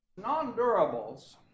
non-durables